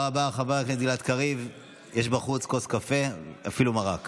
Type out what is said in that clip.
זה לא עניין של שפיות, זה עניין של קנאות.